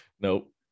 Nope